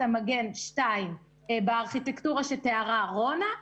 המגן 2 בארכיטקטורה שתיארה רונה קייזר,